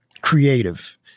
creative